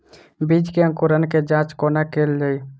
बीज केँ अंकुरण केँ जाँच कोना केल जाइ?